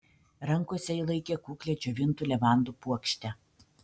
rankose ji laikė kuklią džiovintų levandų puokštę